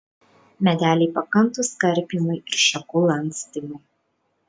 medeliai pakantūs karpymui ir šakų lankstymui